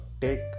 take